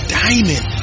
diamond